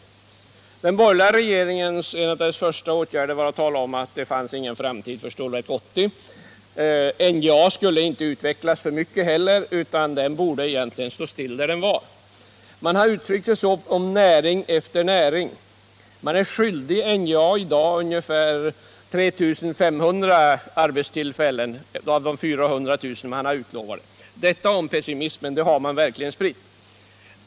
En av den borgerliga regeringens första åtgärder var att förklara att det fanns ingen framtid för Stålverk 80. NJA skulle inte heller utvecklas för mycket utan borde egentligen stå still där det var. Man har uttryckt sig så om näring efter näring. I dag är man skyldig NJA ungefär 3 500 arbetstillfällen av de 400 000 man har utlovat. Detta om pessimismen — en sådan har man verkligen spritt.